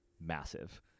massive